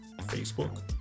facebook